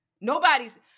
Nobody's